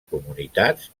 comunitats